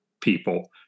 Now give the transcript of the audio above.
people